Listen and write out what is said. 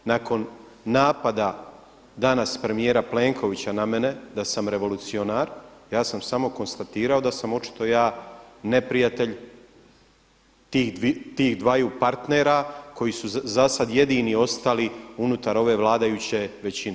Nakon napada danas premijera Plenkovića na mene da sam revolucionar ja sam samo konstatirao da sam očito ja neprijatelj tih dvaju partnera koji su za sad jedini ostali unutar ove vladajuće većine.